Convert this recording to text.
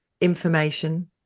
information